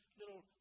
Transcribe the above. little